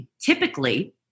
typically